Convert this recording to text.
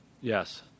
Yes